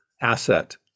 asset